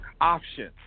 option